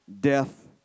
death